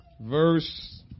verse